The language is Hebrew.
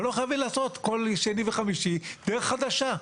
אבל לא חייבים כל שני וחמישי לעשות דרך חדשה.